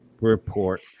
report